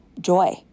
joy